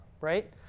right